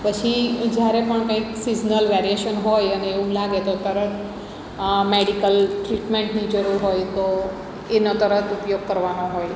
પછી જ્યારે પણ કાંઈક સિઝનલ વેરીએશન હોય અને એવું લાગે તો તરત મેડિકલ ટ્રીટમેન્ટની જરૂર હોય તો એનો તરત ઉપયોગ કરવાનો હોય